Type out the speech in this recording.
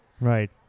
Right